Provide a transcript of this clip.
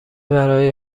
برای